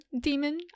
demon